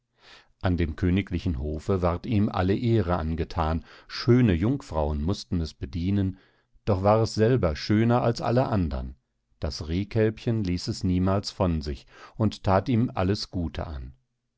an dem königlichen hofe ward ihm alle ehre angethan schöne jungfrauen mußten es bedienen doch war es selber schöner als alle andern das rehkälbchen ließ es niemals von sich und that ihm alles gute an